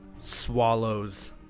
swallows